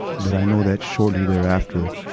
but i know that shortly thereafter,